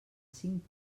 cinc